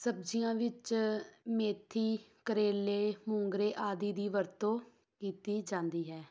ਸਬਜ਼ੀਆਂ ਵਿੱਚ ਮੇਥੀ ਕਰੇਲੇ ਮੂੰਗਰੇ ਆਦਿ ਦੀ ਵਰਤੋਂ ਕੀਤੀ ਜਾਂਦੀ ਹੈ